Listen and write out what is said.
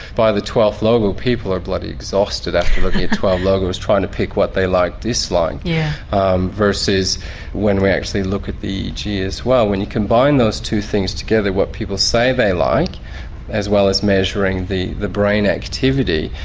by the twelfth logo people are bloody exhausted after looking at twelve logos trying to pick what they like dislike yeah um versus when we actually look at the eeg as well. when you combine those two things together what people say they like as well as measuring the the brain activity,